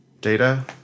data